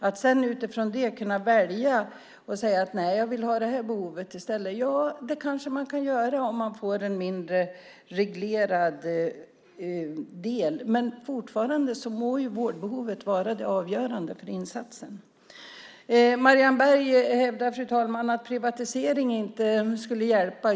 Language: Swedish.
Att utifrån det sedan kunna välja och säga att man vill ha ett annat boende i stället kanske man kan göra om man får en mindre reglerad del. Men fortfarande må vårdbehovet vara det avgörande för insatsen. Marianne Berg hävdar, fru talman, att privatisering inte skulle hjälpa.